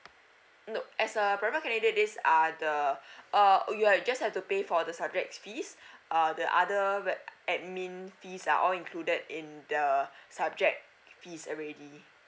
nope as a private candidate these are the err you're just have to pay for the subjects fees err the other admin fees are all included in the subject fees already